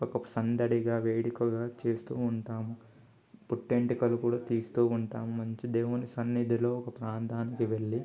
ఒక సందడిగా వేడుకగా చేస్తు ఉంటాము పుట్టెంటుకలు కూడా తీస్తు ఉంటాం మంచి దేవుని సన్నిధిలో ఒక ప్రాంతానికి వెళ్ళి